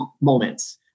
moments